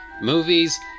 movies